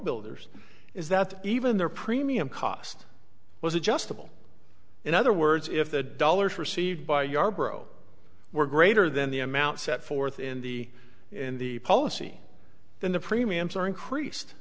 builders is that even their premium cost was adjustable in other words if the dollars received by yarbrough were greater than the amount set forth in the in the policy then the premiums are increased